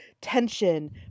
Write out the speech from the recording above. tension